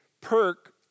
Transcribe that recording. perk